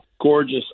gorgeous